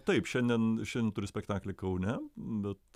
taip šiandien šian turiu spektaklį kaune bet